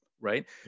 right